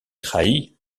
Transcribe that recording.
trahit